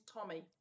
Tommy